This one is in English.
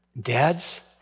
Dads